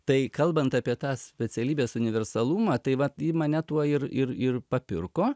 tai kalbant apie tą specialybės universalumą tai va ji mane tuo ir ir ir papirko